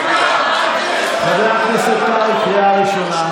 חבר הכנסת קרעי, קריאה ראשונה.